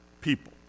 people